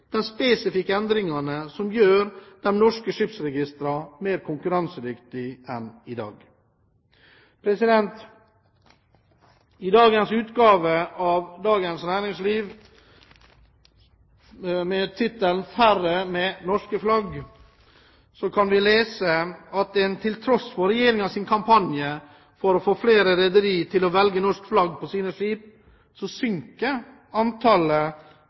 spesifikke endringene som gjør de norske skipsregistrene mer konkurransedyktige enn i dag. I dagens utgave av Dagens Næringsliv, under tittelen «Færre med norsk flagg», kan vi lese: «Til tross for regjeringens kampanje for å få flere rederier til å velge norsk flagg på sine skip synker antallet